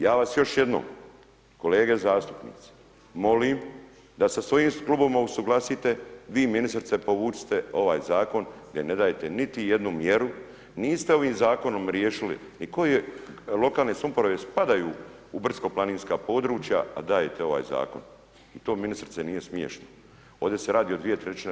Ja vas još jednom kolege zastupnici molim da sa svojim klubovima usuglasite, vi ministrice povucite ovaj Zakon gdje ne dajete niti jednu mjeru, niste ovim Zakonom riješili, i koji je, lokalni ... spadaju u brdsko-planinska područja, a dajete ovaj Zakon, i to ministrice nije smješno, ovdje se radi o 2/